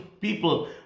people